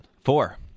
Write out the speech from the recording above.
four